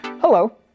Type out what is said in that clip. Hello